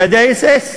עם מדי אס.אס.